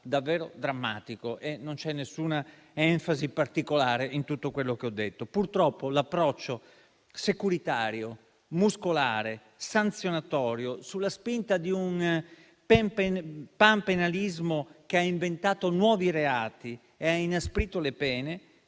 davvero drammatico e non c'è nessuna enfasi particolare in tutto quello che ho detto. Purtroppo, l'approccio securitario, muscolare e sanzionatorio, sulla spinta di un panpenalismo che ha inventato nuovi reati e ha inasprito le pene,